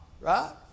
right